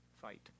fight